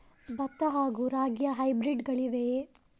ಭತ್ತ ಹಾಗೂ ರಾಗಿಯ ಹೈಬ್ರಿಡ್ ಗಳಿವೆಯೇ?